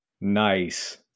Nice